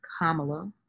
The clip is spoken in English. Kamala